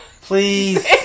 please